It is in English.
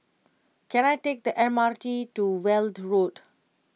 can I take the M R T to Weld Road